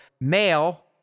male